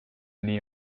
nii